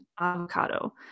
avocado